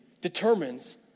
determines